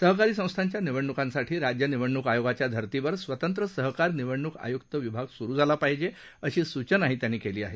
सहकारी संस्थांच्या निवडण्कांसाठी राज्य निवडणूक आयोगाच्या धर्तीवर स्वतंत्र सहकार निवडणूक आय्क्त विभाग सूरू झाला पाहिजे अशी सूचनाही त्यांनी केली आहे